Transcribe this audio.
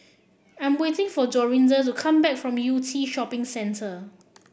I'm waiting for Dorinda to come back from Yew Tee Shopping Centre